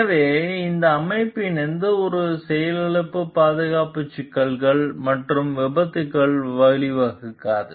எனவே அந்த அமைப்பின் எந்தவொரு செயலிழப்பும் பாதுகாப்பு சிக்கல்கள் மற்றும் விபத்துகளுக்கு வழிவகுக்காது